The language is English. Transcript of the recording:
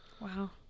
wow